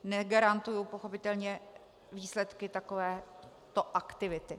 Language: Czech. Negarantuji pochopitelně výsledky takovéto aktivity.